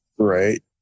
Right